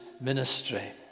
ministry